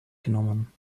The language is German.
genommen